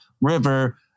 river